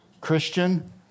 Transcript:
Christian